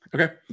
Okay